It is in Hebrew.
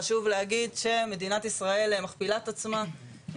חשוב להגיד שמדינת ישראל מכפילה את עצמה,